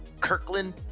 kirkland